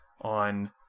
on